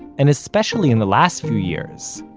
and especially in the last few years,